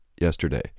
yesterday